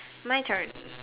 my turn